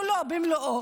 כולו במלואו,